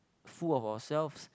full of ourselves